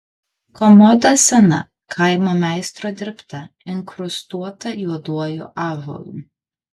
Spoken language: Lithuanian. komoda sena kaimo meistro dirbta inkrustuota juoduoju ąžuolu